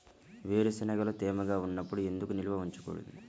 వేరుశనగలు తేమగా ఉన్నప్పుడు ఎందుకు నిల్వ ఉంచకూడదు?